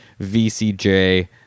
VCJ